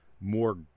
more